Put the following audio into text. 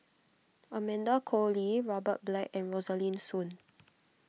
Amanda Koe Lee Robert Black and Rosaline Soon